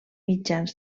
mitjans